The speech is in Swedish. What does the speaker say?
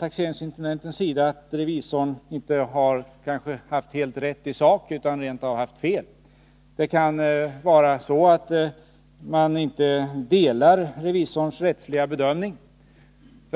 taxeringsintendenten finner att revisorn inte har haft helt rätt i sak utan rent av har haft fel. Taxeringsintendenten kanske inte delar revisorns rättsliga bedömning.